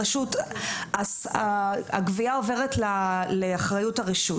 הרשות, הגבייה עוברת לאחריות הרשות.